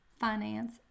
finance